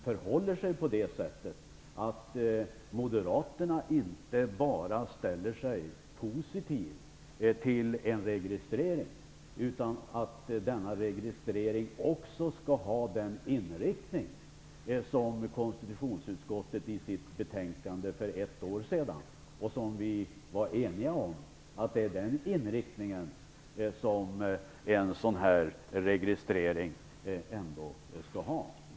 Förhåller det sig på det sättet att Moderaterna inte bara ställer sig positivt till en registrering utan också till att denna registrering skall ha den inriktning som konstitutionsutskottet sade i sitt betänkande för ett år sedan och som vi var eniga om?